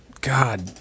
God